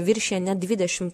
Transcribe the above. viršija net dvidešimt